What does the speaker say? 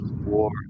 war